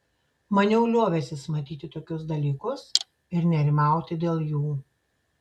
maniau liovęsis matyti tokius dalykus ir nerimauti dėl jų